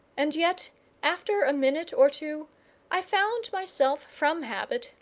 and yet after a minute or two i found myself, from habit,